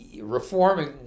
reforming